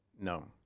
no